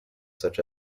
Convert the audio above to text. such